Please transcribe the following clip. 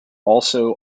also